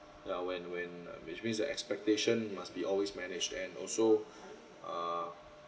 ya when when uh which means that expectation must be always managed and also uh